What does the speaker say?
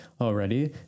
already